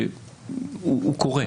והוא קורה,